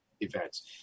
events